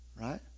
right